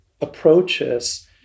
approaches